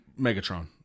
Megatron